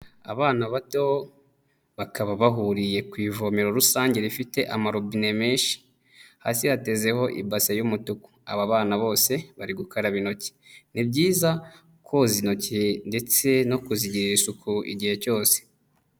Abana bato bakaba bahuriye ku ivomero rusange rifite amarobine menshi, hasi hatezeho ibase y'umutuku, aba bana bose bari gukaraba intoki, ni byiza koza intoki ndetse no kuzigirira isuku igihe cyose.